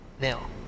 Now